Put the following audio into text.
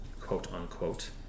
quote-unquote